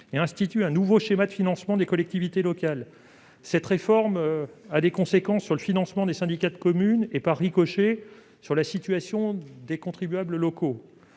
et institue un nouveau schéma de financement des collectivités locales. Cette réforme a des conséquences sur le financement des syndicats de communes et, par ricochet, sur la situation des contribuables locaux.